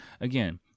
Again